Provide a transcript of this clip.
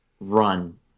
run